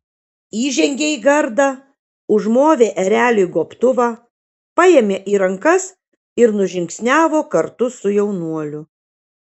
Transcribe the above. įžengė į gardą užmovė ereliui gobtuvą paėmė į rankas ir nužingsniavo kartu su jaunuoliu